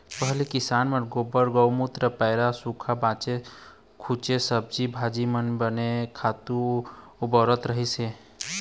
पहिली किसान मन गोबर, गउमूत्र, पैरा भूसा, बाचे खूचे सब्जी भाजी मन के बने खातू ल बउरत रहिस हे